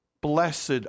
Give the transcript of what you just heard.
blessed